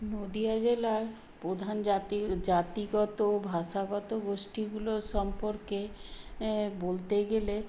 নদিয়া জেলার প্রধান জাতি জাতিগত ভাষাগত গোষ্ঠীগুলো সম্পর্কে বলতে গেলে